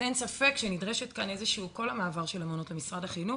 וכל המעבר של המעונות למשרד החינוך,